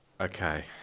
Okay